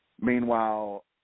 Meanwhile